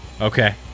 Okay